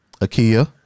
Akia